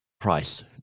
price